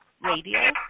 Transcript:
radio